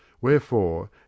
Wherefore